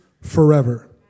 forever